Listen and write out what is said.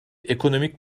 ekonomik